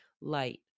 light